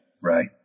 Right